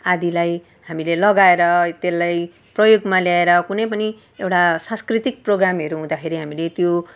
आदिलाई हामीले लगाएर त्यसलाई प्रयोगमा ल्याएर कुनै पनि एउटा सांंस्कृतिक प्रोग्रामहरू हुँदाखेरि हामीले त्यो